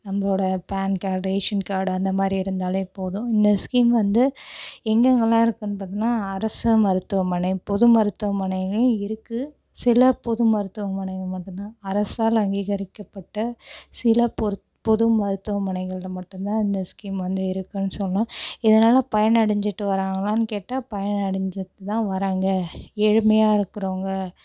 நம்மளோட pan card ration card அந்த மாரி இருந்தாலே போதும் இந்த ஸ்கீம் வந்து எங்கெங்கலாம் இருக்குன்னு பார்த்திங்கன்னா அரசு மருத்துவமனை பொது மருத்துவமனையிலையும் இருக்கு சில பொது மருத்துவமனையில் மட்டும்தான் அரசால் அங்கீகரிக்கப்பட்ட சில பொ பொது மருத்துவமனைகளில் மட்டும்தான் இந்த ஸ்கீம் வந்து இருக்குன்னு சொல்லாம் இதனால் பயனடைஞ்சிட்டு வராங்களான்னு கேட்டால் பயனடைஞ்சிட்டு தான் வராங்க ஏழ்மையாக இருக்குறவங்க